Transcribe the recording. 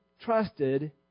trusted